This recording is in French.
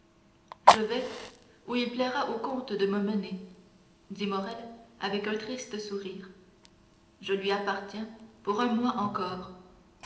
je vais où il plaira au comte de me mener dit morrel avec un triste sourire je lui appartiens pour un mois encore